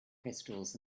crystals